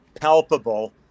palpable